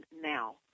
now